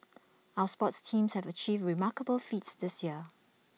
our sports teams have achieved remarkable feats this year